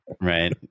right